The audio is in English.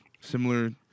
similar